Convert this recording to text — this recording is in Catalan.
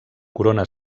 corona